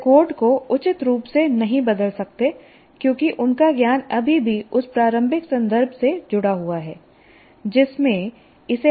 वे code को उचित रूप से नहीं बदल सकते क्योंकि उनका ज्ञान अभी भी उस प्रारंभिक संदर्भ से जुड़ा हुआ है जिसमें इसे हासिल किया गया है